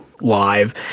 live